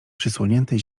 przysłonięte